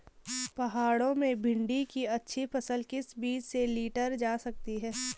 पहाड़ों में भिन्डी की अच्छी फसल किस बीज से लीटर जा सकती है?